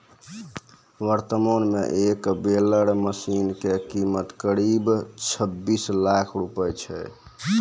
वर्तमान मॅ एक बेलर मशीन के कीमत करीब छब्बीस लाख रूपया छै